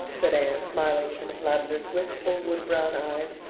said anne, smiling into miss lavendar's wistful woodbrown eyes.